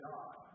God